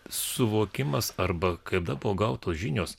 suvokimas arba kada buvo gautos žinios